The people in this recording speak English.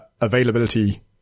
availability